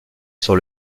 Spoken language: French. sur